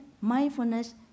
mindfulness